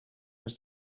was